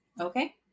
Okay